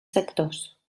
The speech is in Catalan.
sectors